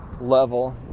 level